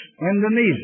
Indonesia